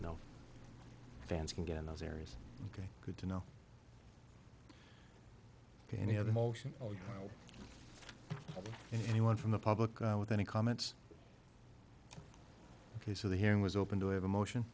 no fans can get in those areas ok good to know the any other motion or you know anyone from the public eye with any comments ok so the hearing was open to have a motion